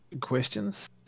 Questions